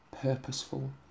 purposeful